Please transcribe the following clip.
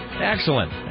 Excellent